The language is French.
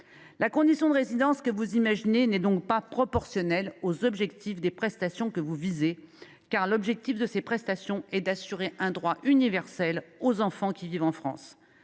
La condition de résidence que vous imaginez n’est donc pas proportionnelle au regard des prestations que vous visez, car l’objectif de celles ci est d’assurer un droit universel aux enfants qui vivent en France.